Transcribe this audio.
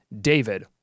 David